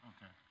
Okay